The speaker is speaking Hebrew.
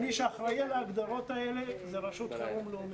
מי שאחראי על ההגדרות האלה זה רשות החירום הלאומית.